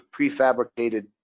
prefabricated